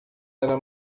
era